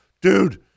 Dude